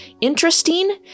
interesting